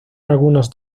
algunos